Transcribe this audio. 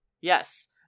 Yes